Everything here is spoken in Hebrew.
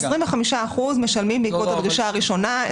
25% משלמים בעקבות הדרישה הראשונה.